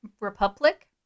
republic